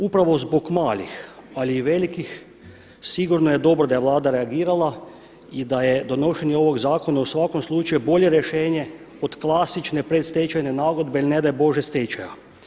Upravo zbog malih ali i velikih sigurno je dobro da je Vlada reagirala i da je donošenje ovog zakona u svakom slučaju bolje rješenje od klasične predstečajne nagodbe ili ne daj Bože stečaja.